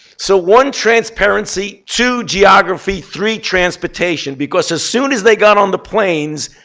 so one, transparency two, geography three, transportation. because as soon as they got on the planes,